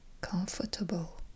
comfortable